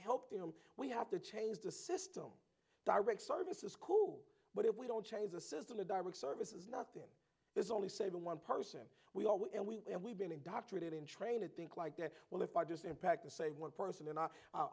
help them we have to change the system direct service is cool but if we don't change the system a direct service is not then there's only saving one person we all want and we and we've been indoctrinated in training think like that well if i just impact the same one person and i